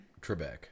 Trebek